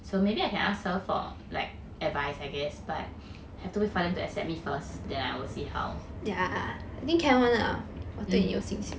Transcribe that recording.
so maybe I can ask her for like advice I guess but have to wait for them to accept me first then I will see how mm